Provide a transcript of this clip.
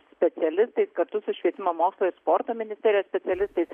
specialistais kartu su švietimo mokslo ir sporto ministerijos specialistais